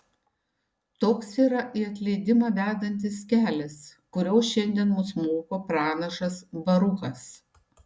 toks yra į atleidimą vedantis kelias kurio šiandien mus moko pranašas baruchas